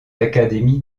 académies